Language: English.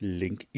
link